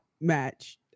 match